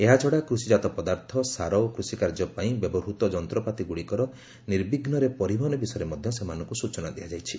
ଏହାଛଡ଼ା କୁଷିଜାତ ପଦାର୍ଥ ସାର ଓ କୃଷିକାର୍ଯ୍ୟ ପାଇଁ ବ୍ୟବହୃତ ଯନ୍ତ୍ରପାତିଗୁଡ଼ିକର ନିର୍ବିଘ୍ନରେ ପରିବହନ ବିଷୟରେ ମଧ୍ୟ ସେମାନଙ୍କୁ ସୂଚନା ଦିଆଯାଇଛି